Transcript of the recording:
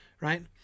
right